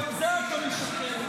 גם בזה אתה משקר.